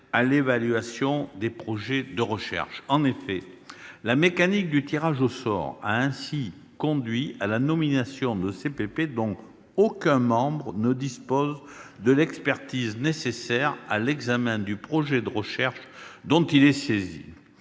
à l'évaluation des projets de recherche. En effet, la mécanique du tirage au sort a conduit à la nomination de CPP dont aucun membre ne disposait de l'expertise suffisante pour l'examen d'un projet de recherche dont il était saisi.